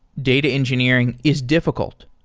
data engineering is difficult.